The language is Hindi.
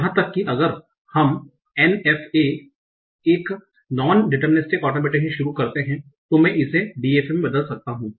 यहां तक कि अगर हम NFA I non deterministic automaton से शुरू करते है तो मैं इसे DFA में बदल सकते हूं